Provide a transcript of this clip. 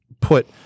put